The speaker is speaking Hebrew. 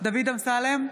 דוד אמסלם,